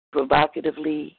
Provocatively